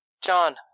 John